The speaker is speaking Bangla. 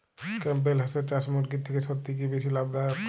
ক্যাম্পবেল হাঁসের চাষ মুরগির থেকে সত্যিই কি বেশি লাভ দায়ক?